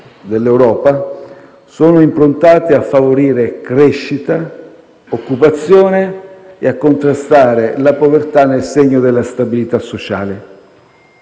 dell'Europa, sono improntate a favorire crescita, occupazione e a contrastare la povertà nel segno della stabilità sociale.